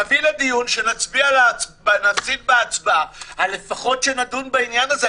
תביא לדיון שנפסיד בהצבעה אבל לפחות שנדון בעניין הזה.